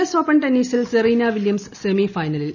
S open ടെന്നീസിൽ Serena Williams semi ഫൈനലിൽ